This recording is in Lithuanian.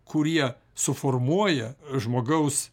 kurie suformuoja žmogaus